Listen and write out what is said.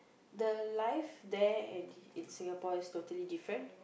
the life there and in Singapore is totally different